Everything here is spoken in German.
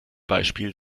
beispiel